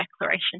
Declaration